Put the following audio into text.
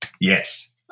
Yes